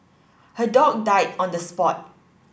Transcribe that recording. her dog died on the spot